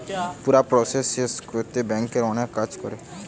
পুরা প্রসেস শেষ কোরতে ব্যাংক অনেক কাজ করে